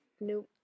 Nope